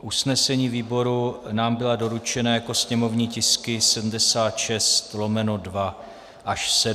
Usnesení výboru nám byla doručena jako sněmovní tisky 76/2 až 7.